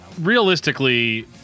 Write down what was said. Realistically